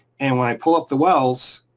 and when i pull up the wells,